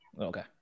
okay